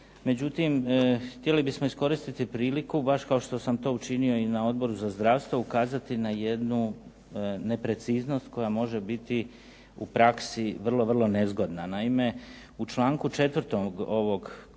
međutim htjeli bismo iskoristiti priliku baš kao što sam to učinio i na Odboru za zdravstvu, ukazati na jednu nepreciznost koja može biti u praksi vrlo, vrlo nezgodna. Naime, u članku 4. ovog konačnog